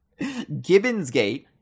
Gibbonsgate